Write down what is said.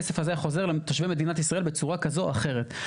הכסף הזה היה חוזר לתושבי מדינת ישראל בצורה כזו או אחרת.